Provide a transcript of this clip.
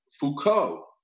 Foucault